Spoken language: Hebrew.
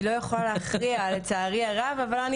היא לא יכולה להכריע לצערי הרב אבל אני